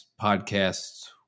podcasts